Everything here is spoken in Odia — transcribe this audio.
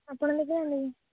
ଆପଣ ଦେଖିନାହାନ୍ତି କି